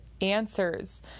Answers